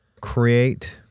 create